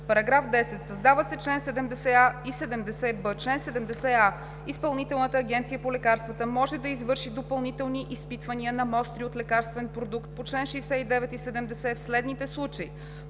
§ 10: „§ 10. Създават се чл. 70а и 70б: „Чл. 70а. Изпълнителната агенция по лекарствата може да извърши допълнителни изпитвания на мостри от лекарствен продукт по чл. 69 и 70 в следните случаи: